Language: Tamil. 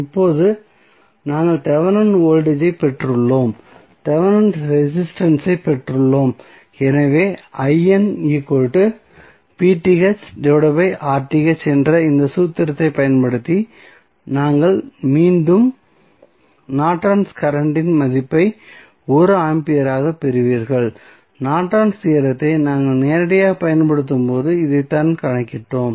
இப்போது நாங்கள் தெவெனின் வோல்டேஜ் ஐப் பெற்றுள்ளோம் தெவெனின் ரெசிஸ்டன்ஸ் ஐப் பெற்றுள்ளோம் எனவே என்ற இந்த சூத்திரத்தை பயன்படுத்தி நீங்கள் மீண்டும் நார்டன்ஸ் கரண்ட் இன் மதிப்பை 1 ஆம்பியராகப் பெறுவீர்கள் நார்டன்ஸ் தியோரத்தை நாங்கள் நேரடியாகப் பயன்படுத்தும்போது இதைத்தான் கணக்கிட்டோம்